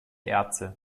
erze